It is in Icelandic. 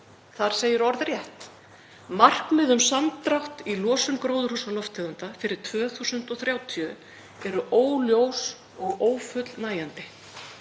Þar segir orðrétt: „Markmið um samdrátt í losun gróðurhúsalofttegunda fyrir 2030 eru óljós og ófullnægjandi.“